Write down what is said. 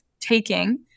taking